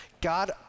God